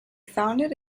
founded